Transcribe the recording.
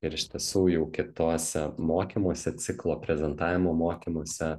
ir iš tiesų jau kituose mokymosi ciklo prezentavimo mokymuose